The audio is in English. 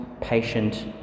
patient